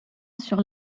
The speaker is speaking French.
sur